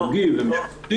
חוגי ומשפחתי.